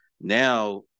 Now